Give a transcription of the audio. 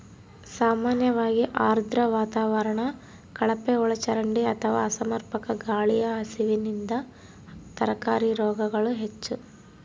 ಸಾಮಾನ್ಯವಾಗಿ ಆರ್ದ್ರ ವಾತಾವರಣ ಕಳಪೆಒಳಚರಂಡಿ ಅಥವಾ ಅಸಮರ್ಪಕ ಗಾಳಿಯ ಹರಿವಿನಿಂದ ತರಕಾರಿ ರೋಗಗಳು ಹೆಚ್ಚು